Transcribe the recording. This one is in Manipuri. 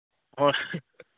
ꯍꯣꯏ